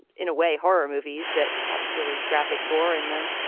in a way, horror movies that have really graphic gore in them,